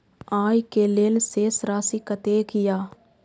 आय के लेल शेष राशि कतेक या?